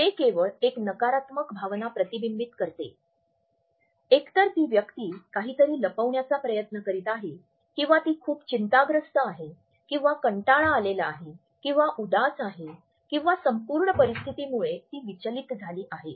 ते केवळ एक नकारात्मक भावना प्रतिबिंबित करते एकतर ती व्यक्ती काहीतरी लपविण्याचा प्रयत्न करीत आहे किंवा ती खूप चिंताग्रस्त आहे किंवा कंटाळा आलेला आहे किंवा उदास आहे किंवा संपूर्ण परिस्थितीमुळे ती विचलित झाली आहे